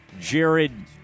Jared